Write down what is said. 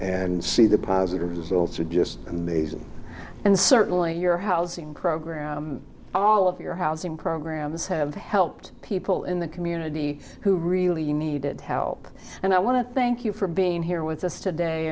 and see the positive results are just amazing and certainly your housing program all of your housing programs have helped people in the community who really needed help and i want to thank you for being here with us today